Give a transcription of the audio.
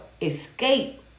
escape